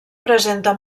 presenta